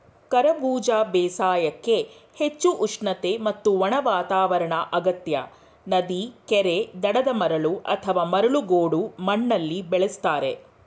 ಕರಬೂಜ ಬೇಸಾಯಕ್ಕೆ ಹೆಚ್ಚು ಉಷ್ಣತೆ ಮತ್ತು ಒಣ ವಾತಾವರಣ ಅಗತ್ಯ ನದಿ ಕೆರೆ ದಡದ ಮರಳು ಅಥವಾ ಮರಳು ಗೋಡು ಮಣ್ಣಲ್ಲಿ ಬೆಳೆಸ್ತಾರೆ